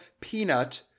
peanut